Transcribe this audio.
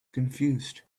confused